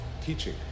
teaching